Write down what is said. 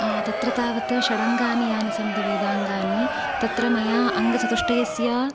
तत्र तावत् षडङ्गानि यानि सन्ति वेदाङ्गानि तत्र मया अङ्गचतुष्टयस्य